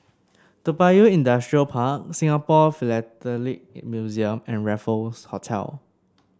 Toa Payoh Industrial Park Singapore Philatelic Museum and Raffles Hotel